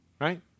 right